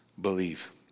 believe